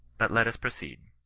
but let us proceed.